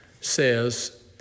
says